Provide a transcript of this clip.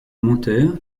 monteur